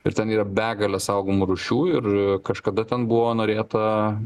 ir ten yra begalė saugomų rūšių ir kažkada ten buvo norėta